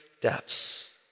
depths